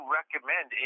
recommend